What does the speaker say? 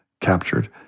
captured